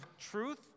truth